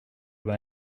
über